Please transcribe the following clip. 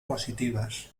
positivas